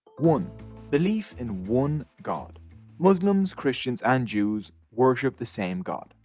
one belief in one god muslims, christians and jews worship the same god.